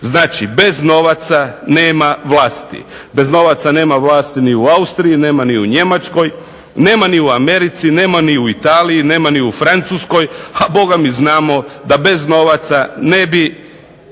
Znači, bez novaca nema vlasti. Bez novaca nema vlasti ni u Austriji, nema ni u Njemačkoj, nema ni u Americi, nema ni u Italiji, nema ni u Francuskoj, a bogami znamo da bez novaca ne bi